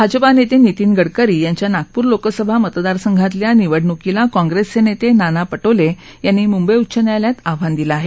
भाजपा नेते नितीन गडकरी यांच्या नागपूर लोकसभा मतदारसंघातल्या निवडणुकीला काँग्रेसचे नेते नाना पटोले यांनी मुंबई उच्च न्यायालयात आव्हान दिलं आहे